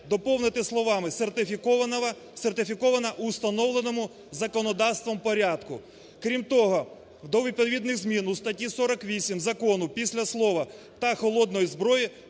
доповнити словами "сертифікована в установленому законодавством порядку". Крім того, до відповідних змін у статті Закону після слова "та холодної зброї"